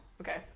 okay